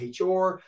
HR